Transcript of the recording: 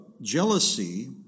jealousy